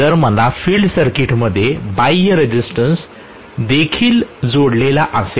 जर मला फिल्ड सर्किटमध्ये बाह्य रेसिस्टन्स देखील जोडलेला असेल